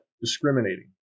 discriminating